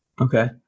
Okay